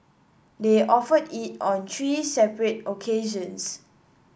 they offered it on three separate occasions